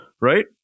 right